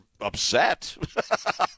upset